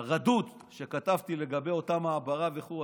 הרדוד שכתבת לי לגבי אותה מעברה וכו'.